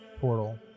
portal